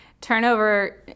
Turnover